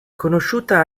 conosciuta